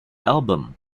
album